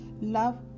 love